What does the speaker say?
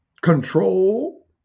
control